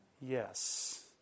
Yes